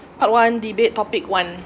part one debate topic one